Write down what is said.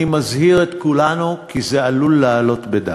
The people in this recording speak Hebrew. אני מזהיר את כולנו, כי זה עלול לעלות בדם.